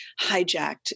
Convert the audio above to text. hijacked